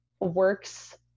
works